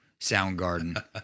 Soundgarden